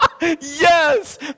Yes